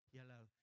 yellow